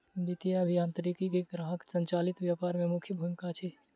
वित्तीय अभियांत्रिकी के ग्राहक संचालित व्यापार में मुख्य भूमिका अछि